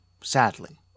sadly